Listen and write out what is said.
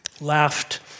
laughed